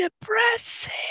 depressing